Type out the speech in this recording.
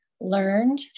learned